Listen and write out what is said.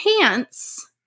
pants